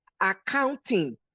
Accounting